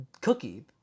Cookie